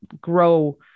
grow